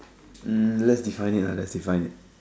um let's define it ah let's define it